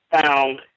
found